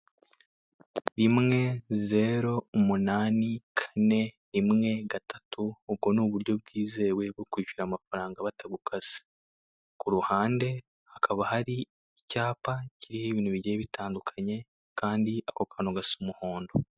Rimwe, zero, umunani, kane, rimwe, gatatu, ubwo ni uburyo bwizewe bwo kwishyura amafaranga batagukase. Ku ruhande hakaba hari icyapa kiriho ibintu bigiye bitandukanye, kandi ako kantu gasa umuhondo.